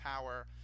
power